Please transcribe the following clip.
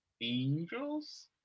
angels